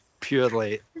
purely